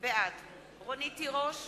בעד רונית תירוש,